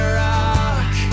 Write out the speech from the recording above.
rock